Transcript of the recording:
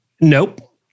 nope